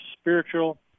spiritual